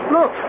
Look